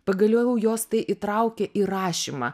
pagaliau jos tai įtraukia į rašymą